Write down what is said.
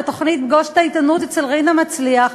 בתוכנית "פגוש את העיתונות" אצל רינה מצליח,